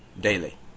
daily